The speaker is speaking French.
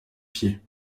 pieds